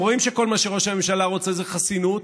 כשהם רואים שכל מה שראש הממשלה רוצה זה חסינות,